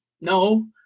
No